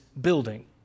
building